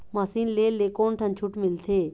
Machine ले ले कोन ठन छूट मिलथे?